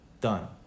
Done